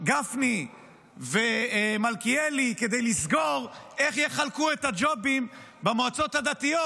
גפני ומלכיאלי כדי לסגור איך יחלקו את הג'ובים במועצות הדתיות,